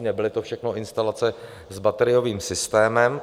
Nebyly to všechno instalace s bateriovým systémem.